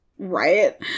Right